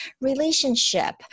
relationship